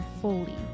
fully